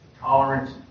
tolerance